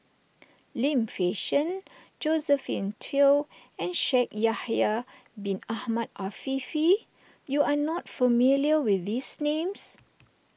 Lim Fei Shen Josephine Teo and Shaikh Yahya Bin Ahmed Afifi you are not familiar with these names